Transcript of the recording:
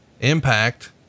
impact